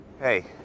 Hey